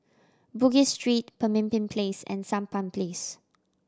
Bugis Street Pemimpin Place and Sampan Place